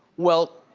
well,